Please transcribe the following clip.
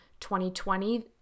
2020